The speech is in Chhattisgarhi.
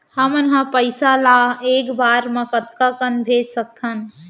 हमन ह पइसा ला एक बार मा कतका कन भेज सकथन?